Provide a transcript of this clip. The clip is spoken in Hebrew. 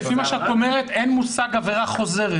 לפי מה שאת אומרת אין מושג "עבירה חוזרת".